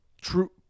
True